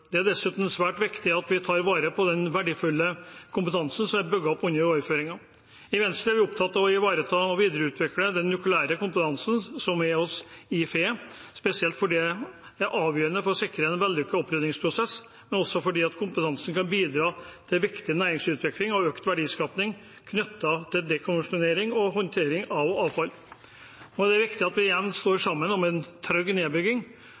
Det er dessuten svært viktig at vi tar vare på den verdifulle kompetansen som er bygget opp under overføringen. I Venstre er vi opptatt av å ivareta og videreutvikle den nukleære kompetansen som er hos IFE, spesielt fordi det er avgjørende for å sikre en vellykket oppryddingsprosess, men også fordi kompetansen kan bidra til viktig næringsutvikling og økt verdiskaping knyttet til dekommisjonering og håndtering av avfall. Nå er det viktig at vi igjen står sammen om en trygg nedbygging